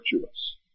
virtuous